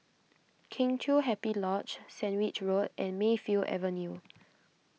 Kheng Chiu Happy Lodge Sandwich Road and Mayfield Avenue